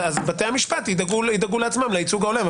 בתי המשפט ידאגו לעצמם לייצוג הולם.